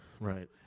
right